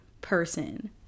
person